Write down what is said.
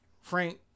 Frank